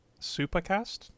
Supercast